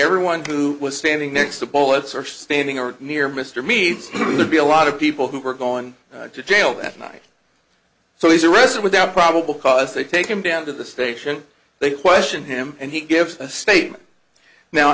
everyone who was standing next to paul at search standing or near mr me it would be a lot of people who were going to jail that night so he's arrested without probable cause they take him down to the station they question him and he gives a state